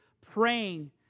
praying